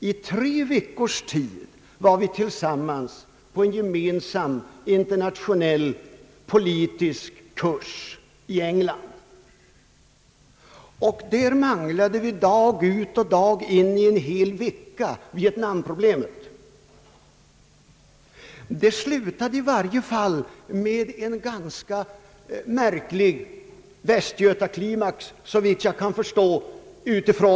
Under tre veckors tid var vi tillsammans på en internationell politisk kurs i England. Under en hel vecka manglade vi vietnamproblemet dag ut och dag in. Det slutade i varje fall med en ganska märklig västgötaklimax, såvitt jag kan förstå.